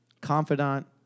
confidant